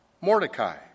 Mordecai